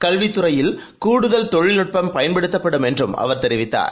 கல்வித் துறையில் கூடுதல் தொழில்நுடப்ம் பயன்படுத்தப்படும் என்றும் அவர் தெரிவித்தார்